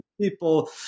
people